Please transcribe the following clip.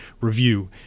review